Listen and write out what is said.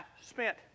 spent